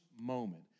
moment